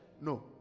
No